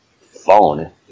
phone